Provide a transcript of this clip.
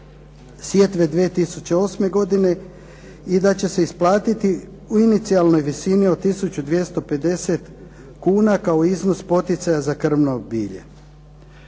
sjetve 2008. godine i da će se isplatiti u inicijalnoj visini od 1250 kuna kao iznos poticaja za krmno bilje.